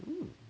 !woo!